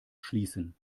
schließen